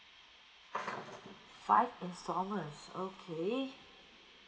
five instalment okay